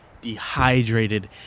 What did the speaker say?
dehydrated